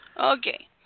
Okay